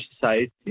Society